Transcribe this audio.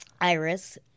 Iris